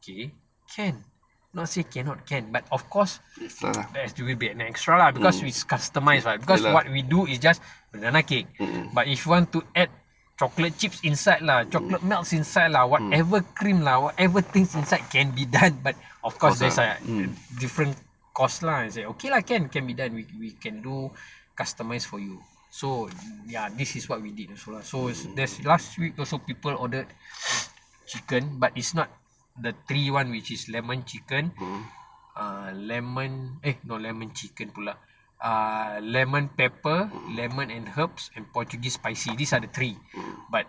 okay cannot say cannot can but of course there has to be an extra lah because it's customise [what] but we do is just banana cake if want to add chocolate chips inside lah whatever cream lah whatever things inside can be done but of course there's like different cost lah okay lah can can be done we can do customise for you so ya this is we did also so there's last week people ordered chicken but three in one which is lemon chicken err lemon eh no lemon chicken pula ah lemon pepper lemon and herbs and portugese spicy these are the three but